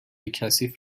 کثیف